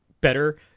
better